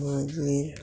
मागीर